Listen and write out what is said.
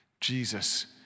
Jesus